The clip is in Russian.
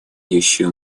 еще